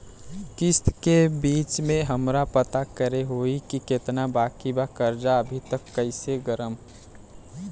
किश्त के बीच मे हमरा पता करे होई की केतना बाकी बा कर्जा अभी त कइसे करम?